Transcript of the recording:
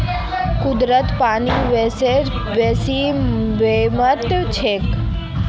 कुदरतत पानी सबस बेसी बेमेल छेक